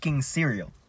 cereal